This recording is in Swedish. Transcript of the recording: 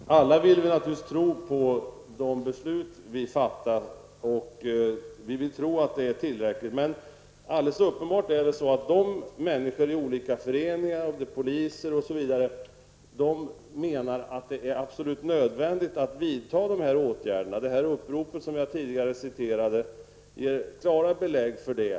Herr talman! Alla vill vi naturligtvis tro på de beslut vi fattar och vill tro att de är tillräckliga. Men alldeles uppenbart är det så att människor i olika föreningar, poliser m.fl. menar att det är absolut nödvändigt att vidta ytterligare åtgärder. Uppropet som jag tidigare citerade ger klara belägg för det.